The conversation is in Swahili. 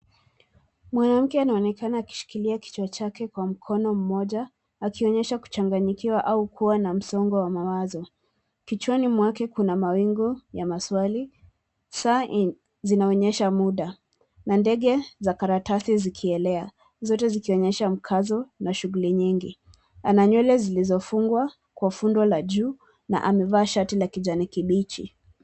Mwanamke anaonekana akishilia kichwa chake kwa mkono mmoja akionyesha kuchanganyikiwa au kuwa na msongo wa mawazo. Kichwani mwake kuna mawingu ya maswali. Saa zinaonyesha muda na ndege za karatasi zikielea zote zikionyesha mkazo na shughuli nyingi. Ana nywele zilizofungwa kwa fundo la juu na amevaa shati la kijani kibichi.